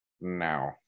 Now